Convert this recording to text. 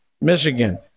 Michigan